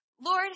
Lord